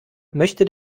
möchte